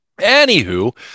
anywho